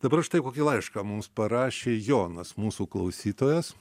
dabar štai kokį laišką mums parašė jonas mūsų klausytojas